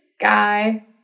guy